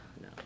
no